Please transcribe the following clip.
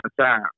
time